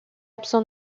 absent